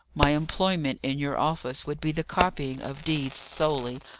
my employment in your office would be the copying of deeds solely,